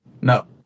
No